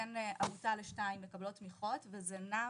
בין עמותה לשתיים מקבלות תמיכות, וזה נע